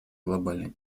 глобальной